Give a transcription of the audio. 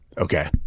okay